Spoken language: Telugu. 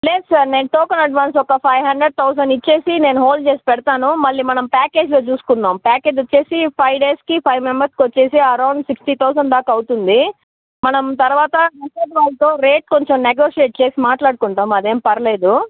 లేదు సార్ నేను టోకెన్ అడ్వాన్స్ ఒక ఫైవ్ హండ్రెడ్ థౌసన్ ఇచ్చేసి నేను హోల్డ్ చేసి పెడతాను మళ్ళీ మనం ప్యాకేజ్లో చూసుకుందాం ప్యాకేజ్ వచ్చేసి ఫైవ్ డేస్కి ఫైవ్ మెంబెర్స్కి వచ్చేసి అరౌండ్ సిక్స్టీ థౌసన్ దాకా అవుతుంది మనం తర్వాత రెసార్ట్ వాళ్ళతో రేట్ కొంచెం నేగెషియట్ చేసి మాట్లాడుకుందాం అదేం పర్లేదు